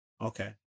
Okay